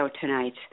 tonight